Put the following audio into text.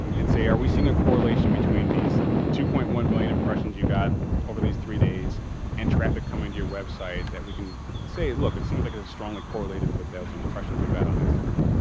and say, are we seeing a correlation between these two point one million impressions you got over these three days and traffic coming to your website that we can say look it seems like it's strongly correlated with those impressions you've got on instagram.